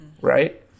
right